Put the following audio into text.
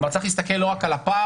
כלומר צריך להסתכל לא רק על הפער,